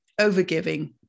overgiving